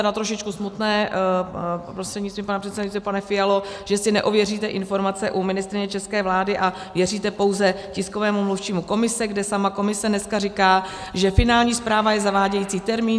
Je tedy trošičku smutné, prostřednictvím pana předsedajícího pane Fialo, že si neověříte informace u ministryně české vlády a věříte pouze tiskovému mluvčímu Komise, kde sama Komise dneska říká, že finální zpráva je zavádějící termín.